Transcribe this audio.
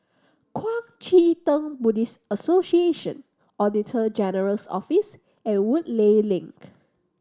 Kuang Chee Tng Buddhist Association Auditor General's Office and Woodleigh Link